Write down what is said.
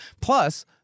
Plus